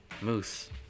Moose